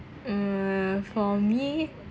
mm for me